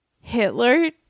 Hitler